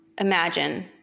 imagine